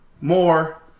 more